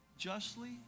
justly